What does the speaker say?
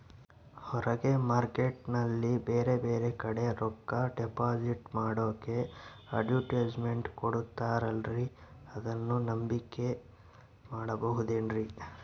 ಹೊರಗೆ ಮಾರ್ಕೇಟ್ ನಲ್ಲಿ ಬೇರೆ ಬೇರೆ ಕಡೆ ರೊಕ್ಕ ಡಿಪಾಸಿಟ್ ಮಾಡೋಕೆ ಅಡುಟ್ಯಸ್ ಮೆಂಟ್ ಕೊಡುತ್ತಾರಲ್ರೇ ಅದನ್ನು ನಂಬಿಕೆ ಮಾಡಬಹುದೇನ್ರಿ?